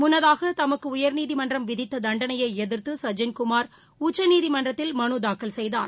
முன்னதாக தமக்கு உயர்நீதிமன்றம் விதித்த தண்டனையை எதிர்த்து சஜ்ஜன் குமார் உச்சநீதிமன்றத்தில் மனுத்தாக்கல் செய்தார்